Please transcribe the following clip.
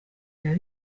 biba